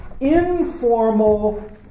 informal